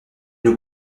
nous